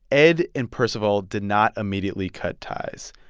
ed and percival did not immediately cut ties,